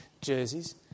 jerseys